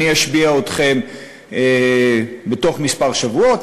אני אשביע אתכם בתוך כמה שבועות,